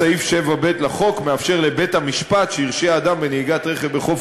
סעיף 7ב לחוק מאפשר לבית-המשפט שהרשיע אדם בנהיגת רכב בחוף